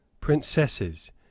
princesses